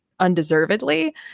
undeservedly